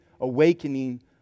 Awakening